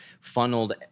funneled